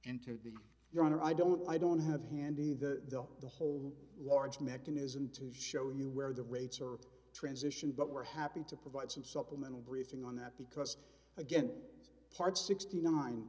honor i don't i don't have handy the the whole large mechanism to show you where the rates are transition but we're happy to provide some supplemental briefing on that because again part sixty nine